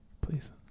please